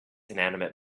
inanimate